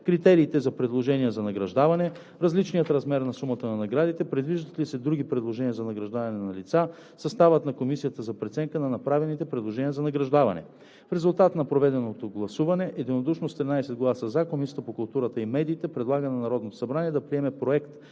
критериите за предложения за награждаване; различния размер на сумата на наградите; предвиждат ли се други предложения за награждаване на лица; състава на комисията за преценка на направените предложения за награждаване. В резултат на проведено гласуване единодушно – с 13 гласа „за“, Комисията по културата и медиите предлага на Народното събрание да приеме Проект